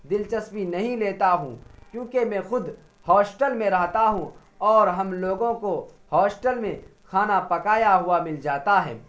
دلچسپی نہیں لیتا ہوں کیونکہ میں خود ہاسٹل میں رہتا ہوں اور ہم لوگوں کو ہاسٹل میں کھانا پکایا ہوا مل جاتا ہے